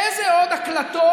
איזה עוד הקלטות